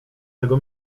tego